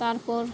ᱛᱟᱨᱯᱚᱨ